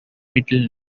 middle